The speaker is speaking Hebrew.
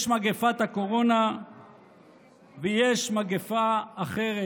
יש את מגפת הקורונה ויש מגפה אחרת,